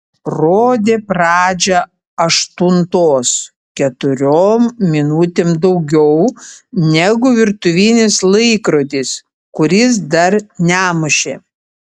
rodė pradžią aštuntos keturiom minutėm daugiau negu virtuvinis laikrodis kuris dar nemušė